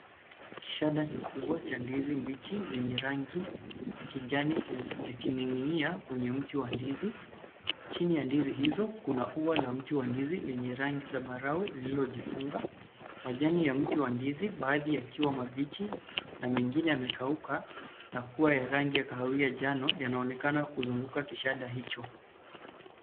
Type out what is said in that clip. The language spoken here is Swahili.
Kishada kikubwa cha ndizi mbichi zenye rangi ya kijani zikining'inia kwenye mti wa ndizi. Chini ya ndizi hizo, kuna ua la mti wa ndizi lenye rangi zambarau lililojifunga. Majani ya mti wa ndizi, baadhi yakiwa mabichi na mengine yamekauka na kuwa ya rangi kahawia njano, yanaonekana kuzunguka kishada hicho.